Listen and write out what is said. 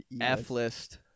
F-list